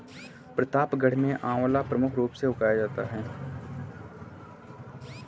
प्रतापगढ़ में आंवला प्रमुख रूप से उगाया जाता है